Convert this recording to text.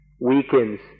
weakens